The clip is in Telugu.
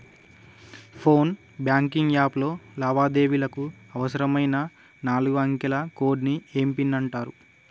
ఫోన్ బ్యాంకింగ్ యాప్ లో లావాదేవీలకు అవసరమైన నాలుగు అంకెల కోడ్ని ఏం పిన్ అంటారు